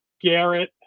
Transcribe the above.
Garrett